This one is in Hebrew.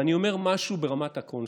אני אומר משהו ברמת הקונספט: